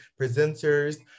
presenters